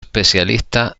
especialista